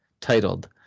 titled